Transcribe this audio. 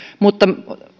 mutta